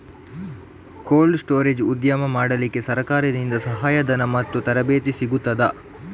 Cold storage ಉದ್ಯಮ ಮಾಡಲಿಕ್ಕೆ ಸರಕಾರದಿಂದ ಸಹಾಯ ಧನ ಮತ್ತು ತರಬೇತಿ ಸಿಗುತ್ತದಾ?